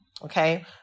Okay